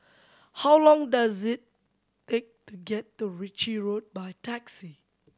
how long does it take to get to Ritchie Road by taxi